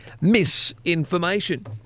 misinformation